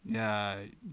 ya